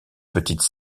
petites